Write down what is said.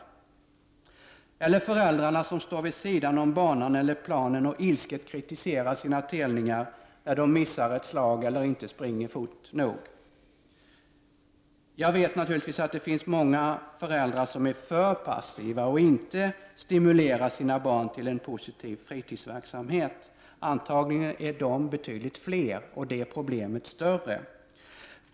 Det är heller inte ovanligt med föräldrar som står vid sidan om banan eller planen och ilsket kritiserar sina telningar när de missar ett slag eller inte springer nog fort. Jag vet naturligtvis att det finns många föräldrar som är alltför passiva och aldrig stimulerar sina barn till en positiv fritidsverksamhet. Antagligen är dessa betydligt fler, och detta problem större.